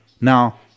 Now